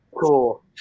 Cool